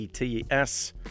ets